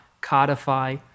codify